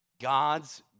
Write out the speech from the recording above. God's